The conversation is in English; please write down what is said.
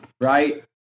right